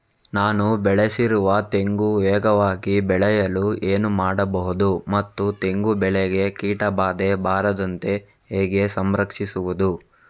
ನಾನು ಬೆಳೆಸಿರುವ ತೆಂಗು ವೇಗವಾಗಿ ಬೆಳೆಯಲು ಏನು ಮಾಡಬಹುದು ಮತ್ತು ತೆಂಗು ಬೆಳೆಗೆ ಕೀಟಬಾಧೆ ಬಾರದಂತೆ ಹೇಗೆ ಸಂರಕ್ಷಿಸುವುದು?